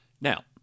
Now